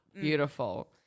Beautiful